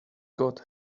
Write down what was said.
god